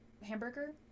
hamburger